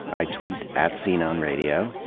i tweet at sceneonradio.